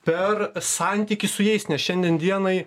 per santykį su jais nes šiandien dienai